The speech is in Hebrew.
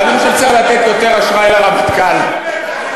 ואני חושב שצריך לתת יותר אשראי לרמטכ"ל על